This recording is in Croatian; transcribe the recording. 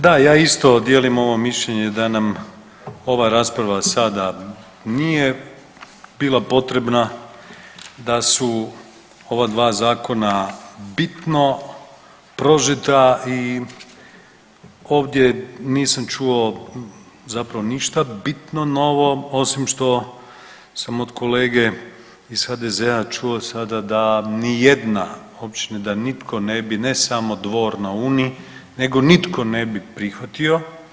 Da, ja isto dijelim ovo mišljenje da nam ova rasprava sada nije bila potrebna, da su ova dva zakona bitno prožeta i ovdje nisam čuo zapravo ništa bitno novo, osim što sam od kolege iz HDZ-a čuo sada da nijedna općina, da nitko ne bi ne samo Dvor na Uni nego nitko ne bi prihvatio.